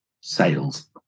sales